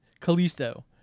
Callisto